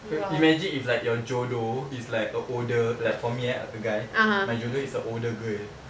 imagine if like your jodoh is like a older like for me eh a guy my jodoh is a older girl